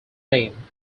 name